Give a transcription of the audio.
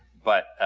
but